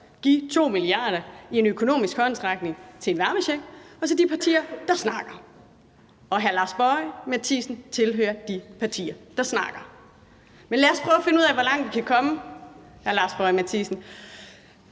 give 2 mia. kr. i en økonomisk håndsrækning til en varmecheck – og så de partier, der snakker. Hr. Lars Boje Mathiesen tilhører de partier, der snakker. Men lad os prøve at finde ud af, hvor langt vi kan komme, hr. Lars Boje Mathiesen.